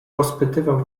rozpytywał